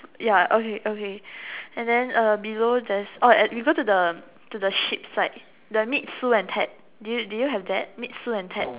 ya okay okay and then uh below there's oh we go to the to the sheep side to the meet Sue and Ted do you do you have that meet Sue and Ted